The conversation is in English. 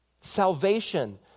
Salvation